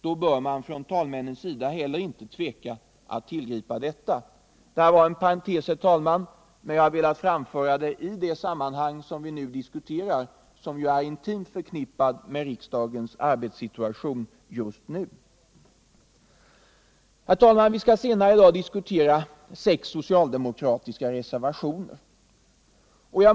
Då bör man från talmännens sida inte heller tveka att tillgripa sådana. Detta var en parentes, herr talman, men jag har velat framföra detta i det sammanhang som vi nu diskuterar, eftersom det är intimt förknippat med riksdagens arbetssituation just nu. Herr talman! Vi skall senare i dag diskutera sex socialdemokratiska reservationer.